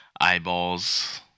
eyeballs